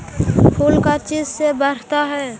फूल का चीज से बढ़ता है?